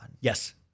Yes